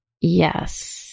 Yes